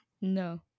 No